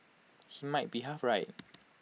he might be half right